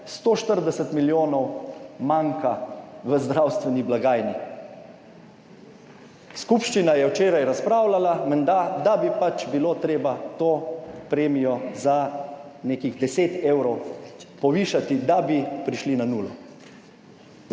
140 milijonov manjka v zdravstveni blagajni." Skupščina je včeraj razpravljala, menda da bi pač bilo treba to premijo za nekih deset evrov povišati, da bi prišli na nulo.